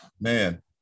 man